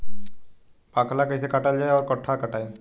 बाकला कईसे काटल जाई औरो कट्ठा से कटाई?